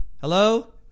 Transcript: Hello